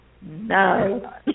no